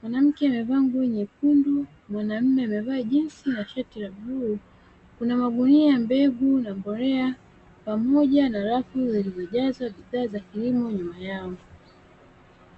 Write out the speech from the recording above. mwanamke amevaa nguo nyekundu, mwanamume amevaa jinsi na sharti la bluu. Kuna magunia, mbegu na mbolea, pamoja na rafu zilizojazwa bidhaa za kilimo nyuma yao.